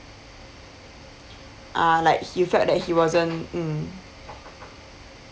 ah like he felt that he wasn't mm